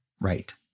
Right